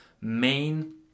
main